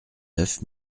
neuf